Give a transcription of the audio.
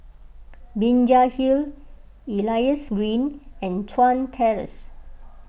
Binjai Hill Elias Green and Chuan Terrace